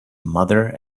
mother